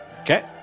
Okay